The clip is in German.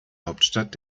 hauptstadt